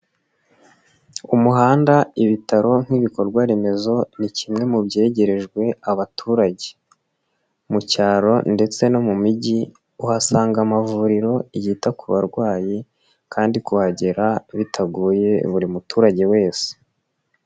Umuhanda ibitaro nk'ibikorwa remezo ni kimwe mu byegerejwe abaturage. Mu cyaro ndetse no mu migi, uhasanga amavuriro yita ku barwayi kandi kuhagera bitagoye buri muturage wese.